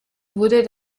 wurde